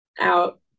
out